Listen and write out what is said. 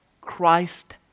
Christ